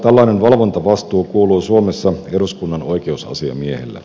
tällainen valvontavastuu kuuluu suomessa eduskunnan oikeusasiamiehelle